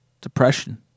Depression